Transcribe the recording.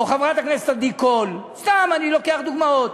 או חברת הכנסת עדי קול, סתם אני לוקח דוגמאות,